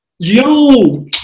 Yo